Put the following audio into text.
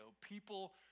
people